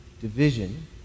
Division